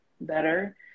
better